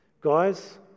Guys